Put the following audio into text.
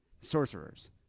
sorcerers